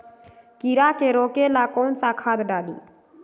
कीड़ा के रोक ला कौन सा खाद्य डाली?